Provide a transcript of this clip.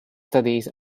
studies